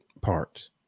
parts